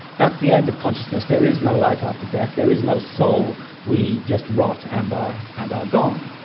that's the end of consciousness, there is no life after death, there is no soul we just rot and are and are gone.